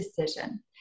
decision